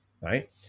right